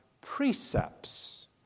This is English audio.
precepts